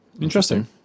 Interesting